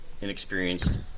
inexperienced